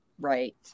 right